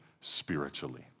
spiritually